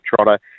trotter